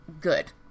Good